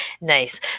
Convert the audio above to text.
nice